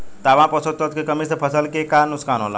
तांबा पोषक तत्व के कमी से फसल के का नुकसान होला?